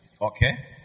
Okay